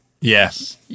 Yes